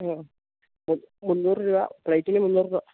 ഓ മുന്നൂറു രൂപ പ്ലെയ്റ്റിനു മുന്നൂറു രൂപ